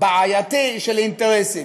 בעייתי של אינטרסים.